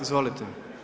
Izvolite.